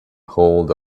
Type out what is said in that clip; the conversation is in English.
ahold